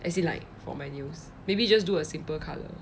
as in like for my nails maybe just do a simple color